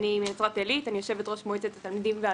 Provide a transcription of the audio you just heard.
ואני שמח על כך שבסוף הגיעו לאיזושהי הסכמה.